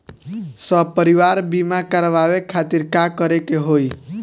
सपरिवार बीमा करवावे खातिर का करे के होई?